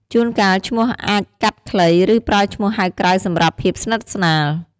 ជួនកាលឈ្មោះអាចកាត់ខ្លី ឬ ប្រើឈ្មោះហៅក្រៅសម្រាប់ភាពស្និទ្ធស្នាល។